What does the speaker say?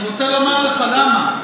אני רוצה לומר לך למה.